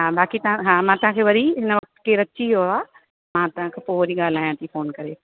हा बाक़ी तव्हां हा मां तव्हांखे वरी हिन वक़्तु केरु अची वियो आहे मां तव्हां खां पोइ वरी ॻाल्हायां थी फ़ोन करे